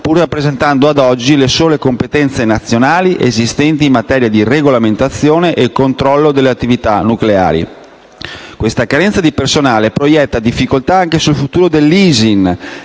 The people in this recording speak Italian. pur rappresentando, ad oggi, le sole competenze nazionali esistenti in materia di regolamentazione e controllo delle attività nucleari. Questa carenza di personale proietta difficoltà anche sul futuro dell'ISIN,